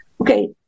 Okay